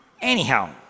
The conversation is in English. Anyhow